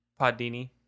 Podini